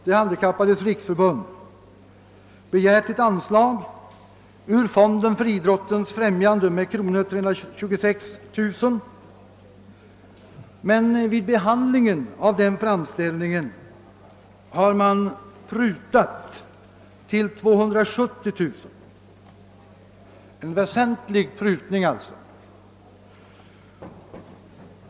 De handikappades riksförbund har begärt ett anslag ur fonden för idrottens främjande på 326 000 kronor. Vid behandling av den framställningen har anslaget dock prutats till 270 000 kronor — en väsentlig prutning.